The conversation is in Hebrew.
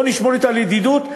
בואו נשמור על ידידות אתה.